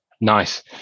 Nice